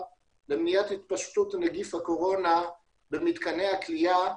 למניעת התפשטות נגיף הקורונה במתקני הכליאה,